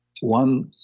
one